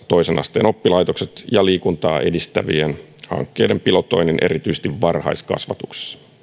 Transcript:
toisen asteen oppilaitokset ja liikuntaa edistävien hankkeiden pilotoinnin erityisesti varhaiskasvatuksessa